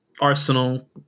Arsenal